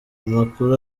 amakuru